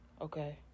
Okay